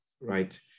right